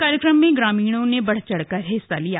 कार्यक्रम में ग्रामीणों ने बढ़ चढ़कर भाग लिया